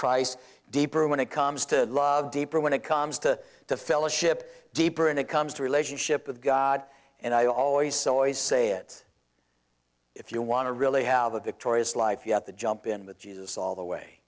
christ deeper when it comes to love deeper when it comes to the fellowship deeper and it comes to relationship with god and i always soyuz say it if you want to really have a victorious life you have the jump in with jesus all the way